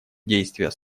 действия